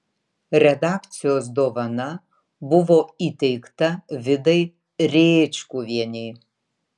redakcijos dovana buvo įteikta vidai rėčkuvienei